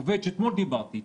עובד שאתמול דיברתי איתו,